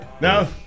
No